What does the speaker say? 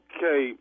Okay